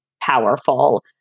powerful